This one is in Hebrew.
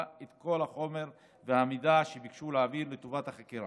את כל החומר והמידע שביקשו להעביר לטובת החקירה.